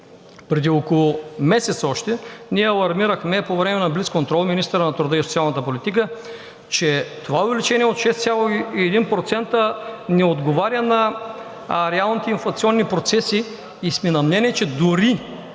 Преди около месец още ние алармирахме по време на блицконтрол министъра на труда и социалната политика, че това увеличение от 6,1% не отговаря на реалните инфлационни процеси. И сме на мнение, че дори